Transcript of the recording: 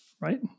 right